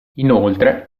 inoltre